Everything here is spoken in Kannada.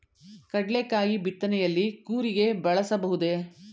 ಕಡ್ಲೆಕಾಯಿ ಬಿತ್ತನೆಯಲ್ಲಿ ಕೂರಿಗೆ ಬಳಸಬಹುದೇ?